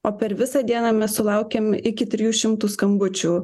o per visą dieną mes sulaukiam iki trijų šimtų skambučių